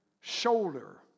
shoulder